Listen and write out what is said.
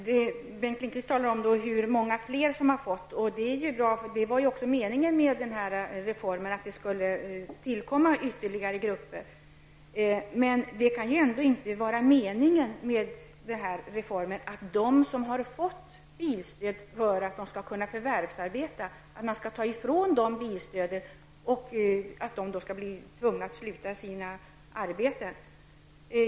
Herr talman! Bengt Lindqvist talade om att många fler personer har fått bilstöd, och det är ju bra. Meningen med reformen var ju att det skulle tillkomma ytterligare grupper. Men det kan ändå inte vara meningen att reformen skall innebära att de som har fått bilstöd för att kunna förvärvsarbeta skall bli ifråntagna detta och tvungna att sluta sina arbeten.